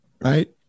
right